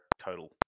total